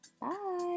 Bye